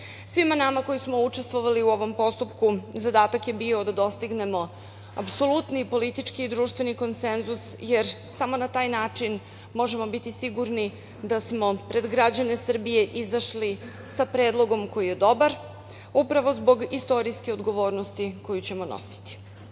nama koji smo učestvovali u ovom postupku zadatak je bio da dostignemo apsolutni politički i društveni konsenzus, jer samo na taj način možemo biti sigurni da smo pred građane Srbije izašli sa predlogom koji je dobar upravo zbog istorijske odgovornosti koju ćemo nositi. Nije